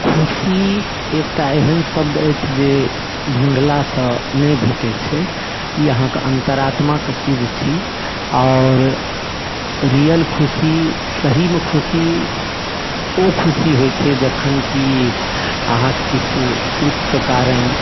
खुशी एकटा एहन शब्द अछि जे ढूँढलासँ नहि भेटैत छै ई अहाँकऽ अंतरात्मा कऽ चीज छी आओर रिअल खुशी सहीमे खुशी ओ खुशी होइत छै जखन कि अहाँकेँ किछु कृत्य कऽ कारण